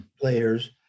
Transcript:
player's